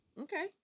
okay